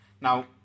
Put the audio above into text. Now